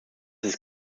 ist